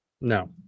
No